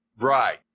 Right